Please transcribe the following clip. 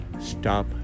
stop